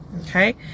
okay